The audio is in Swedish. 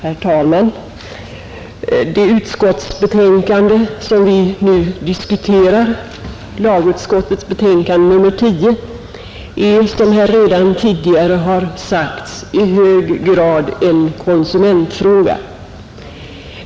Herr talman! Den fråga som behandlas i det utskottsbetänkande vi nu diskuterar, lagutskottets betänkande nr 10, är som redan sagts i hög grad en konsumentfråga.